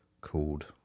called